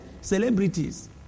celebrities